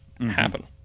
happen